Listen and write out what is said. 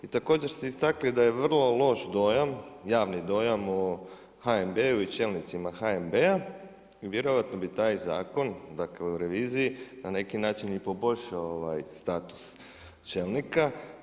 I također ste istakli da je vrlo loš dojam, javni dojam o HNB-u i čelnicima HNB-a i vjerojatno bi taj zakon, dakle o reviziji na neki način i poboljšao ovaj status čelnika.